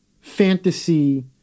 fantasy